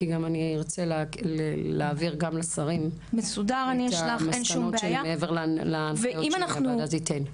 כי גם אני ארצה להעביר לשרים את המסקנות שהם מעבר להנחיות שהוועדה תיתן.